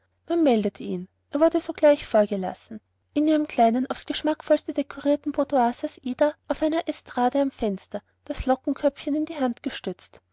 meldete ihn er wurde sogleich vorgelassen in ihrem kleinen aufs geschmackvollste dekorierten boudoir saß ida auf einer estrade am fenster das lockenköpfchen in die hand gestützt